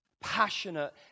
Passionate